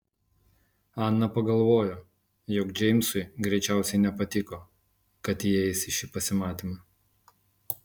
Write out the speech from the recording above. ana pagalvojo jog džeimsui greičiausiai nepatiko kad ji eis į šį pasimatymą